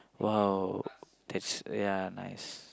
!wow! that's ya nice